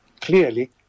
clearly